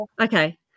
Okay